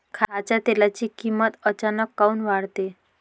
खाच्या तेलाची किमत अचानक काऊन वाढते?